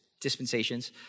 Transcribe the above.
dispensations